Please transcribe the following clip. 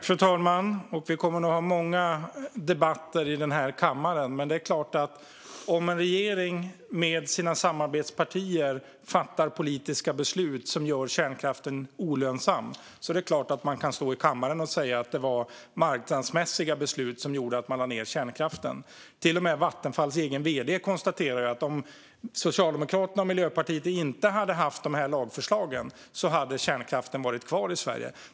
Fru talman! Vi kommer nog att ha många debatter här i kammaren om detta. Om en regering med sina samarbetspartier fattar politiska beslut som gör kärnkraften olönsam är det klart att man kan stå i kammaren och säga att det var marknadsmässiga beslut som gjorde att man lade ned kärnkraften. Men till och med Vattenfalls egen vd konstaterar ju att om Socialdemokraterna och Miljöpartiet inte hade haft de här lagförslagen så hade kärnkraften varit kvar i Sverige.